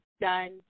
done